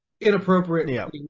inappropriate